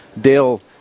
Dale